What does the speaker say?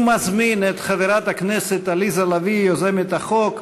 אני מזמין את חברת הכנסת עליזה לביא, יוזמת החוק,